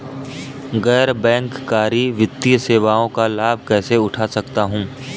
गैर बैंककारी वित्तीय सेवाओं का लाभ कैसे उठा सकता हूँ?